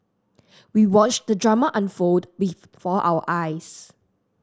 we watched the drama unfold before our eyes